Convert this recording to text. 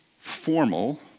formal